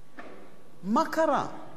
מה קרה,